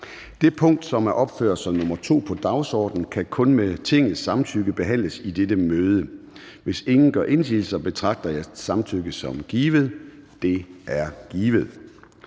Det punkt, som er opført som nr. 2 på dagsordenen, kan kun med Tingets samtykke behandles i dette møde. Hvis ingen gør indsigelse, betragter jeg samtykket som givet. Det er givet.